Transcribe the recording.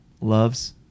loves